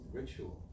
ritual